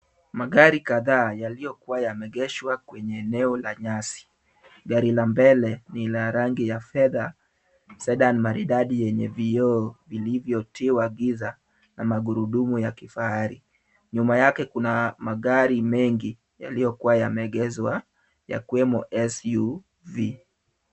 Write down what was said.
Magari kadhaa yaliyokuwa yameegeshwa kwenye eneo la nyasi. Gari la mbele ni la rangi ya fedha Sedan maridadi yenye vioo vilivyo tiwa giza na magurudumu ya kifahari. Nyuma yake kuna magari mengi yaliyokuwa yameegeshwa yakiwemo SUV.